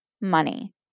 money